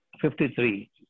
fifty-three